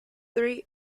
three